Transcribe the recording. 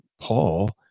Paul